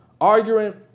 arguing